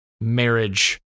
marriage